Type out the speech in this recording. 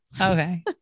okay